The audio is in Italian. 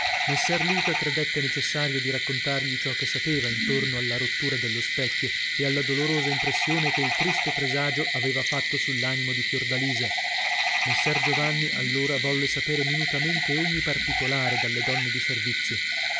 messer luca credette necessario di raccontargli ciò che sapeva intorno alla rottura dello specchio e alla dolorosa impressione che il tristo presagio aveva fatto sull'animo di fiordalisa messer giovanni allora volle sapere minutamente ogni particolare dalle donne di servizio